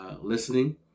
listening